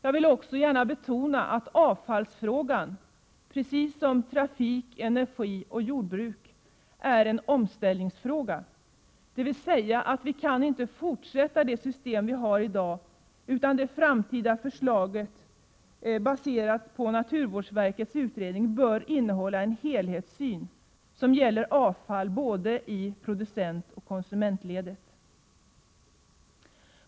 Jag vill också gärna betona att avfallsfrågan, precis som när det gäller trafik, energi och jordbruk, är en ”omställningsfråga”, dvs. vi kan inte fortsätta med det system vi har i dag, utan det framtida förslaget, baserat på naturvårdsverkets utredning, bör innehålla en helhetssyn som gäller avfall både i producentoch i konsumentledet.